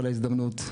על ההזדמנות,